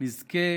נזכה